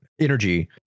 energy